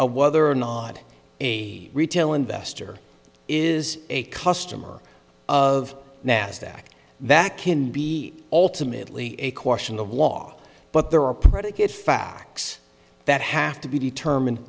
of whether or not a retail investor is a customer of nasdaq that can be ultimately a question of law but there are predicate facts that have to be determined